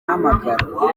n’amakaro